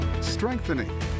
strengthening